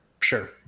Sure